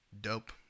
Dope